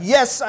Yes